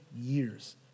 years